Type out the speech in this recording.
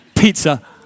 Pizza